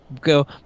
go